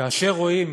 כאשר רואים